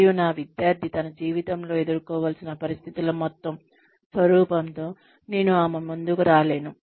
మరియు నా విద్యార్థి తన జీవితంలో ఎదుర్కోవాల్సిన పరిస్థితుల మొత్తం స్వరూపం తో నేను ఆమె ముందుకు రాలేను